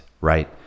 right